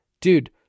dude